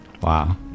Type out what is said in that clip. Wow